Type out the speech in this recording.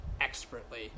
expertly